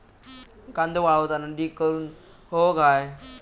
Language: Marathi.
कांदो वाळवताना ढीग करून हवो काय?